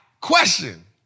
question